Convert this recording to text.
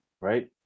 right